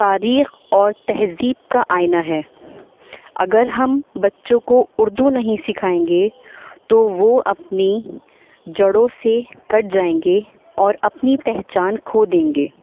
تاریخ اور تہذیب کا آئینہ ہے اگر ہم بچوں کو اردو نہیں سکھائیں گے تو وہ اپنی جڑوں سے کٹ جائیں گے اور اپنی پہچان کھو دیں گے